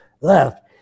left